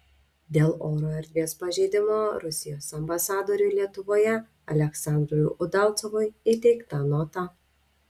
dėl oro erdvės pažeidimo rusijos ambasadoriui lietuvoje aleksandrui udalcovui įteikta nota